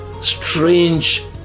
strange